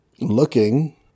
Looking